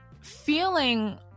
feeling